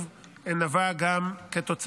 דומה מבחינה מהותית בצו של שרת המשפטים,